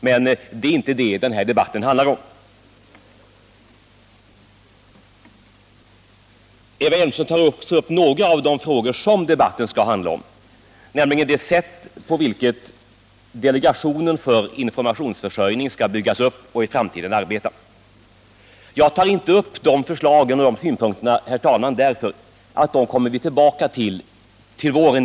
Men det är inte detta denna debatt handlar om. Eva Hjelmström tar också upp några av de frågor som debatten skall handla om, nämligen det sätt på vilket delegationen för informationsförsörjning skall byggas upp och i framtiden arbeta. Jag tar inte upp dessa förslag och synpunkter, herr talman, eftersom vi kommer tillbaka till dem till våren.